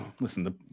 listen